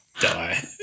die